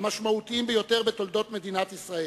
המשמעותיים ביותר בתולדות מדינת ישראל,